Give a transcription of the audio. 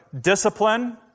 Discipline